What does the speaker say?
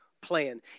plan